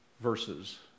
verses